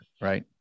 right